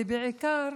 ובעיקר